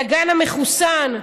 ל"גן המחוסן",